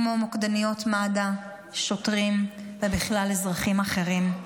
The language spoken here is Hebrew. כמו מוקדניות מד"א, שוטרים ובכלל אזרחים אחרים.